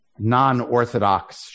non-orthodox